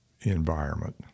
environment